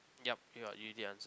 yup yeah you did answer